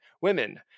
women